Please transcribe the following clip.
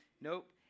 nope